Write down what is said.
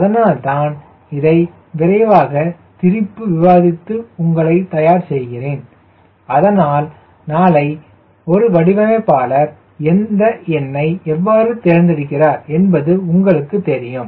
அதனால்தான் இதை விரைவாக திருப்பி விவாதித்து உங்களை தயார் செய்கிறேன் அதனால் நாளை ஒரு வடிவமைப்பாளர் அந்த எண்ணை எவ்வாறு தேர்ந்தெடுக்கிறார் என்பது உங்களுக்கு தெரியும்